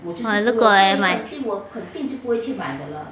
我如果我也买